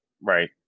Right